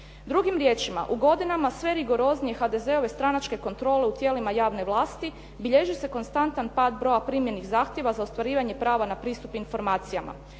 Drugim riječima, u godinama sve rigoroznije HDZ-ove stranačke kontrole u tijelima javne vlasti bilježi se konstantan pad broja primljenih zahtjeva za ostvarivanje prava na pristup informacijama.